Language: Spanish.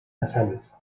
nasales